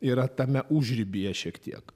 yra tame užribyje šiek tiek